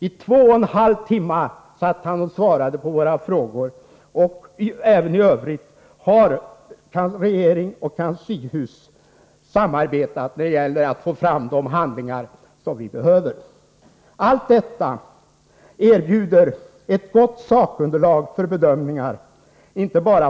I två och en halv timme satt han och svarade på våra frågor, och även i övrigt har regering och kanslihus samarbetat när det gällt att få fram de handlingar vi behövt.